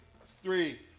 three